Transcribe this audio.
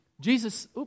Jesus